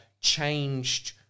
changed